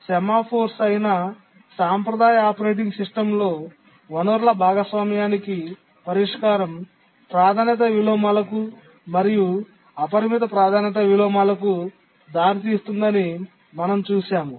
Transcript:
semaphores అయిన సాంప్రదాయ operating సిస్టమ్స్లో వనరుల భాగస్వామ్యానికి పరిష్కారం ప్రాధాన్యత విలోమాలకు మరియు అపరిమిత ప్రాధాన్యత విలోమాలకు దారితీస్తుందని మనం చూశాము